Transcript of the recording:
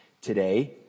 today